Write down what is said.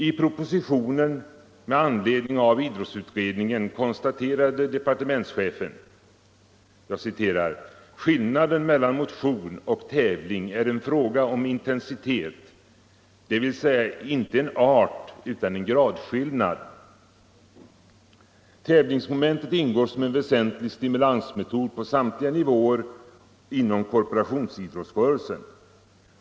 I propositionen med anledning av idrottsutredningen konstaterade departementschefen: ”Skillnaden mellan motion och tävling är en fråga om intensitet, dvs. inte en artutan en gradskillnad. Tävlingsmomentet ingår som en väsentlig stimulansmetod på samtliga nivåer inom korporationsidrottsrörelsen.